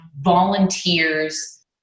volunteers